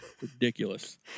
Ridiculous